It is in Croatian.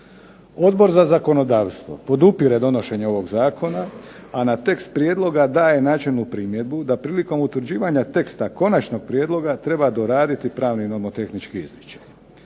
Odbor za zakonodavstvo podupire donošenje ovog zakona, a na tekst prijedloga daje načelnu primjedbu, da prilikom utvrđivanja teksta konačnog prijedloga treba doraditi pravni i nomotehnički izričaj,